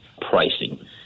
pricing